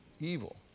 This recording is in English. Evil